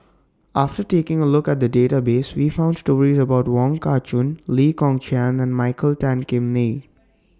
after taking A Look At The databases We found stories about Wong Kah Chun Lee Kong Chian and Michael Tan Kim Nei